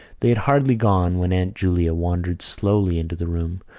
they had hardly gone when aunt julia wandered slowly into the room,